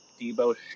Debo